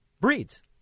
breeds